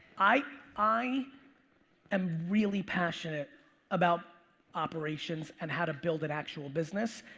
i i am really passionate about operations and how to build an actual business.